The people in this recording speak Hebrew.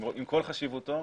עם כל חשיבותו.